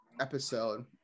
episode